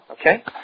okay